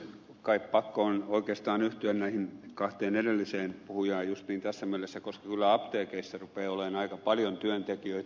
kai pakko on oikeastaan yhtyä näihin kahteen edelliseen puhujaan justiin tässä mielessä koska kyllä apteekeissa rupeaa olemaan aika paljon työntekijöitä